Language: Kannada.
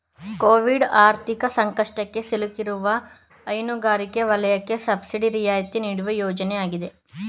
ಕೋವಿಡ್ ಆರ್ಥಿಕ ಸಂಕಷ್ಟಕ್ಕೆ ಸಿಲುಕಿರುವ ಹೈನುಗಾರಿಕೆ ವಲಯಕ್ಕೆ ಸಬ್ಸಿಡಿ ರಿಯಾಯಿತಿ ನೀಡುವ ಯೋಜನೆ ಆಗಿದೆ